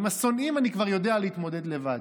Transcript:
עם השונאים אני כבר יודע להתמודד לבד.